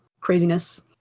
craziness